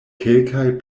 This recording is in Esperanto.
kelkaj